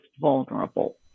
vulnerable